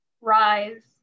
rise